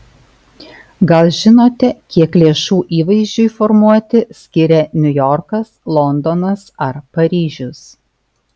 gal žinote kiek lėšų įvaizdžiui formuoti skiria niujorkas londonas ar paryžius